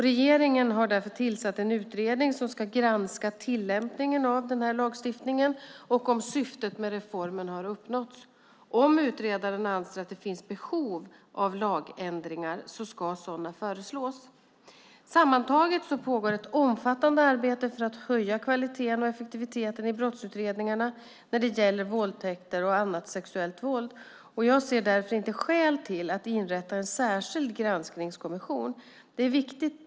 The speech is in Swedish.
Regeringen har därför tillsatt en utredning som ska granska tillämpningen av denna lagstiftning och om syftet med reformen har uppnåtts. Om utredaren anser att det finns behov av lagändringar ska sådana föreslås. Sammantaget pågår ett omfattande arbete för att höja kvaliteten och effektiviteten i brottsutredningarna när det gäller våldtäkter och annat sexuellt våld. Jag ser därför inte skäl till att inrätta en särskild granskningskommission.